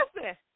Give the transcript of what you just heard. Listen